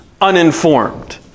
uninformed